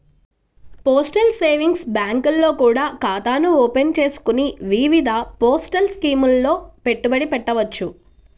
postal savings బ్యాంకుల్లో కూడా ఖాతాను ఓపెన్ చేసుకొని వివిధ పోస్టల్ స్కీముల్లో పెట్టుబడి పెట్టవచ్చు